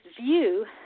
view